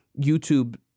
YouTube